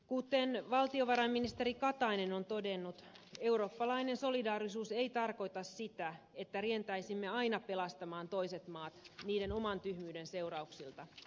kuten valtiovarainministeri katainen on todennut eurooppalainen solidaarisuus ei tarkoita sitä että rientäisimme aina pelastamaan toiset maat niiden oman tyhmyyden seurauksilta